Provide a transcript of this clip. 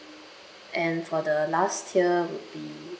and for the last tier would be